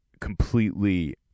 completely